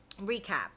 recap